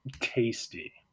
tasty